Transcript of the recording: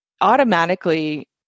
automatically